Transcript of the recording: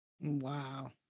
Wow